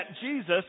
Jesus